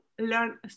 learn